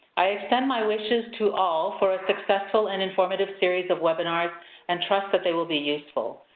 i extend my wishes to all for a successful and informative series of webinars and trust that they will be useful.